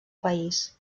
país